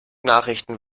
nachrichten